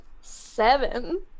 Seven